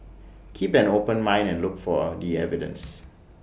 keep an open mind and look for the evidence